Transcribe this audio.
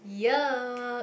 ya